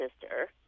sister